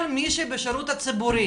כל מי שבשירות הציבורי